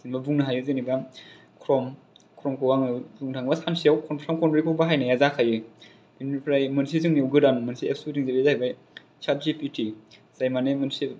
जेन'बा बुंनो हायो जेनेबा क्रम क्रमखौ आङो बुंनो थाङोब्ला सानसेआव खनथाम खनब्रैखौ बाहायनाया जाखायो बेनिफ्राय मोनसे जोंनिआव गोदान मोनसे एफ्स फैदों जाहैबाय बेनो जाहैबाय साट जि फि थि जाय माने मोनसे